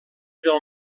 del